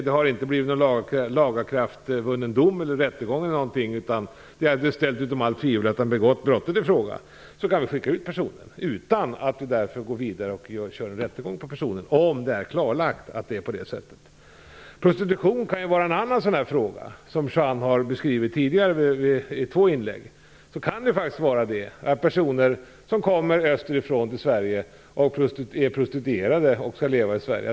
Det finns inte någon lagakraftvunnen dom och det har inte varit någon rättegång, men det är ställt utom allt tvivel att han har begått brottet i fråga. Då kan vi skicka ut personen utan att gå vidare med rättegång, om det är klarlagt att det är på det sättet. Prostitution kan vara en annan sådan fråga. Det har Juan Fonseca beskrivit i två tidigare inlägg. Personer som kommer österifrån och vill leva i Sverige kan faktiskt vara prostituerade.